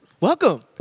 Welcome